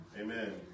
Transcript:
Amen